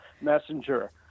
messenger